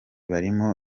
barimo